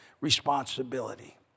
responsibility